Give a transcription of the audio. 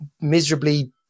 miserably